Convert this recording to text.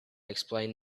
explained